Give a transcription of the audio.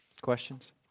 questions